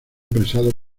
apresado